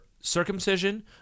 circumcision